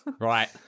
Right